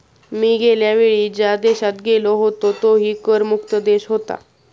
मी गेल्या वेळी ज्या देशात गेलो होतो तोही कर मुक्त देश होता